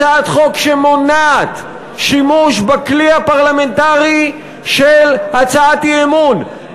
הצעת חוק שמונעת שימוש בכלי הפרלמנטרי של הצעת אי-אמון,